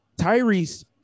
Tyrese